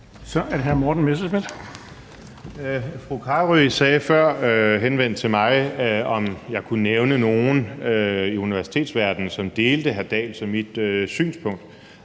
Kl. 13:28 Morten Messerschmidt (DF): Fru Astrid Carøe spurgte før henvendt til mig, om jeg kunne nævne nogen i universitetsverdenen, som delte hr. Henrik Dahls og mit synspunkt.